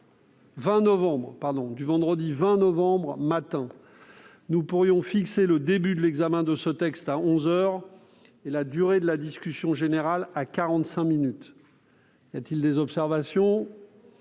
à l'ordre du jour du vendredi 20 novembre, le matin. Nous pourrions fixer le début de l'examen de ce texte à onze heures et la durée de la discussion générale à quarante-cinq minutes. Y a-t-il des observations ?